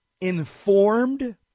informed